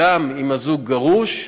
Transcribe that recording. גם אם הזוג גרוש,